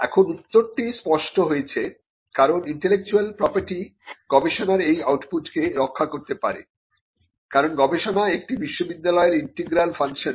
এখন উত্তরটি স্পষ্ট হয়েছে কারণ ইন্টেলেকচুয়াল প্রপার্টি গবেষণার এই আউটপুটকে রক্ষা করতে পারে কারণ গবেষণা একটি বিশ্ববিদ্যালয়ের ইন্টিগ্রাল ফাংশন